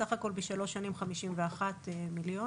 סך הכל בשלוש שנים חמישים ואחת מיליון.